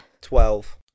Twelve